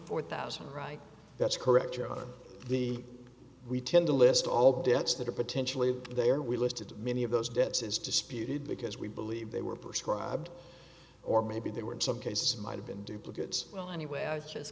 four thousand right that's correct you're on the we tend to list all debts that are potentially they are we listed many of those debts is disputed because we believe they were prescribed or maybe they were in some cases might have been duplicate well anyway i just